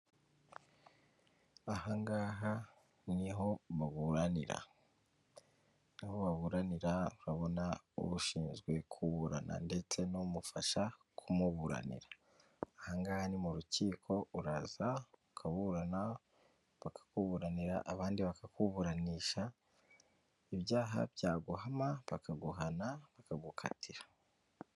Aha ngaha niho muburanira. Aho baburanira urabona ushinzwe kuburana ndetse n'umufasha kumuburanira. Aha ngaha ni mu rukiko, uraza ukaburana bakakuburanira abandi bakakuburanisha, ibyaha byaguhama bakaguhana bakagukatira.